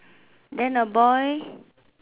then a boy